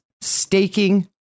staking